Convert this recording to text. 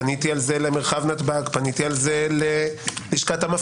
פניתי על זה למרחב נתב"ג,